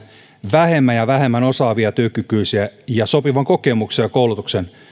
vähemmän ja vähemmän osaavia työkykyisiä ja sopivan kokemuksen ja koulutuksen